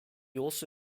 also